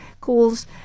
calls